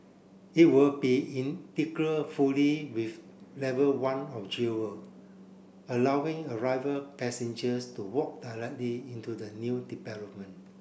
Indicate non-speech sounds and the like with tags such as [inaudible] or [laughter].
it will be [unintelligible] fully with level one of Jewel allowing arriver passengers to walk directly into the new development